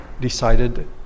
decided